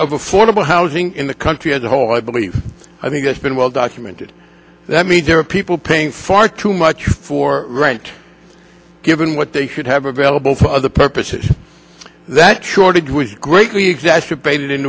of housing in the country as a whole i believe i think it's been well documented that means there are people paying far too much for right given what they should have available for other purposes that shortage was greatly exacerbated in